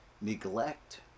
neglect